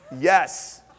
yes